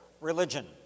religion